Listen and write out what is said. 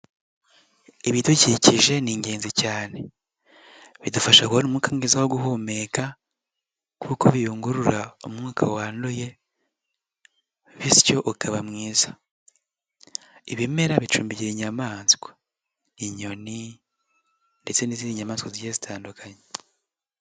Ibidukikije ni ingenzi cyane bidufasha kubona umuwuka mwiza wo guhumeka kuko biyungurura umwuka wanduye bityo ukaba mwiza, ibimera bicumbikiye inyamaswa inyoni ndetse n'izindi nyamaswa zigiye zitandukanye.